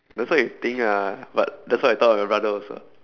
that's what you think ah but that's why I thought of my brother also